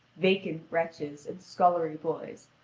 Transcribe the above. vacant wretches, and scullery boys,